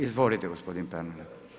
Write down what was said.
Izvolite gospodin Pernar.